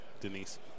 Denise